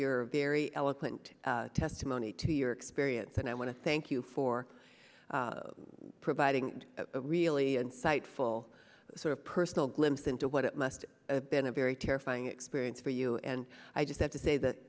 your very eloquent testimony to your experience and i want to thank you for providing a really insightful sort of personal glimpse into what it must have been a very terrifying experience for you and i just to say that